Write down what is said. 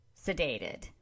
sedated